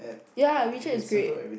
ya WeChat is great